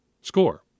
score